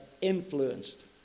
influenced